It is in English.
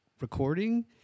recording